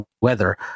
weather